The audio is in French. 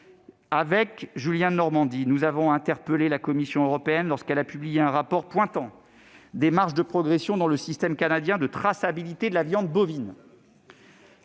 Avec Julien Denormandie, nous avons interpellé la Commission européenne lorsqu'elle a publié un rapport pointant des marges de progression dans le système canadien de traçabilité de la viande bovine